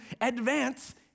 advance